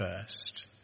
first